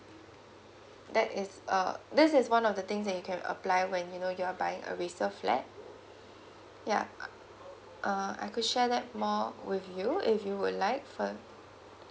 that is uh this is one of the things that you can apply when you know you are buying a resale flat ya uh I could share that more with you know if you would like fur~